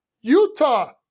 Utah